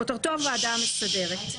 כותרתו: הוועדה המסדרת.